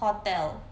hotel